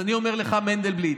אני אומר לך, מנדלבליט,